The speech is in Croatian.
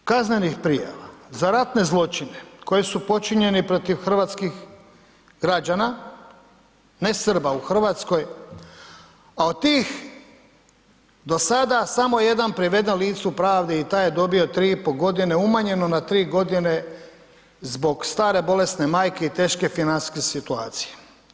60 kaznenih prijava za ratne zločine koji su počinjeni protiv hrvatskih građana, nesrba u Hrvatskoj, a od tih do sada samo jedan priveden licu pravde i taj je dobio 3,5 g. umanjeno na 3 godine zbog stare bolesne majke i teške financijske situacije.